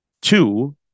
Two